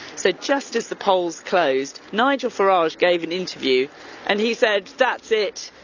so just as the polls closed, nigel farage gave an interview and he said, that's it.